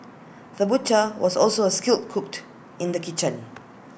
the butcher was also A skilled cook in the kitchen